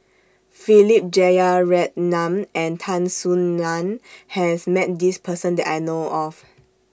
Philip Jeyaretnam and Tan Soo NAN has Met This Person that I know of